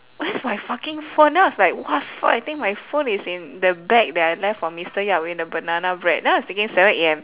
where's my fucking phone then I was like !wah! fuck I think my phone is in the bag that I left for mister yap in the banana bread then I was thinking seven A_M